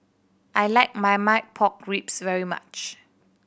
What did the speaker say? I like Marmite Pork Ribs very much